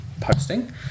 posting